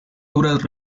obras